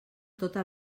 tota